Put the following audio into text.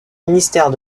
ministères